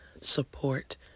support